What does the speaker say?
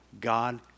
God